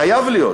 חייב להיות.